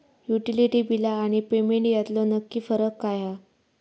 Utility बिला आणि payment यातलो नक्की फरक काय हा?